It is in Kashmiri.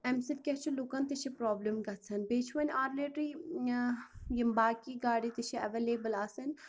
اَمہِ سۭتۍ کیاہ چھِ لُکَن تہِ چھِ پرابلِم گژھن بیٚیہِ چھُ وَنۍ اولریڈی یِم باقی گاڑِ تہِ چھِ ایویلٮیبٔل آسان